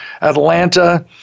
Atlanta